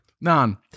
None